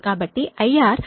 కాబట్టి IR 279